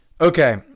Okay